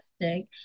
Fantastic